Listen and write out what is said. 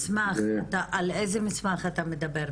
על איזה מסמך אתה מדבר?